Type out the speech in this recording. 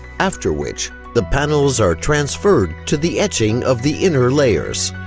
after which, the panels are transferred to the etching of the inner layers.